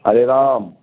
Hare Ram